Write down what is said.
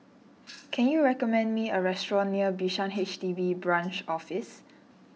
can you recommend me a restaurant near Bishan H D B Branch Office